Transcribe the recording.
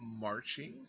marching